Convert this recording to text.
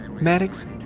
Maddox